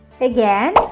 Again